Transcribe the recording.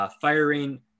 firing